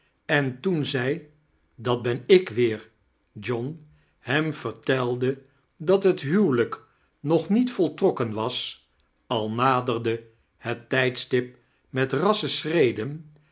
en toen zij dat ben ik weer john hem vertelde dat het huwelijk nog niet voltrokken was al naderde het tijdstip met rassche schreden